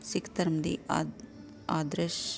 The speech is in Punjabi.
ਸਿੱਖ ਧਰਮ ਦੀ ਆ ਆਦਰਸ਼